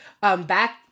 Back